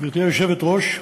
גברתי היושבת-ראש,